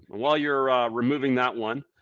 while you're removing that one,